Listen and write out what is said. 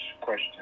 question